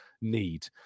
need